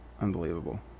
unbelievable